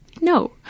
No